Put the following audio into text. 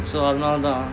so I'm now lah